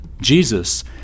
Jesus